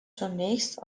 zunächst